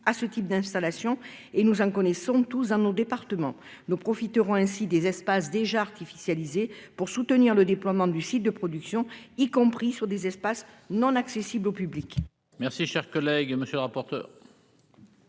à ce type d'installations. Nous en connaissons tous dans nos départements. Nous profiterons ainsi des espaces déjà artificialisés pour soutenir le déploiement du site de production, y compris sur des espaces non accessibles au public. Quel est l'avis de la